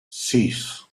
sis